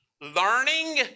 Learning